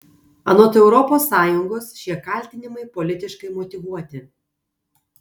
anot europos sąjungos šie kaltinimai politiškai motyvuoti